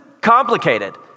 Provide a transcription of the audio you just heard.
complicated